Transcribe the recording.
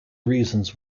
reasons